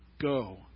Go